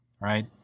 right